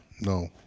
No